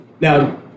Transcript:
Now